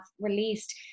released